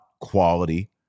quality